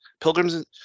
pilgrims